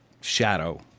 shadow